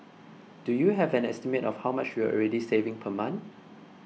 do you have an estimate of how much you're already saving per month